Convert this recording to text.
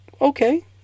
okay